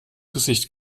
gesicht